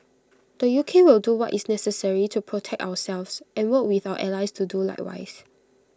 the U K will do what is necessary to protect ourselves and work with our allies to do likewise